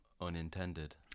unintended